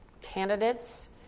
candidates